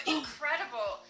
Incredible